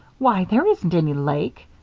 why, there isn't any lake.